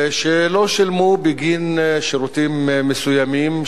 שלא שילמו בגין שירותים מסוימים,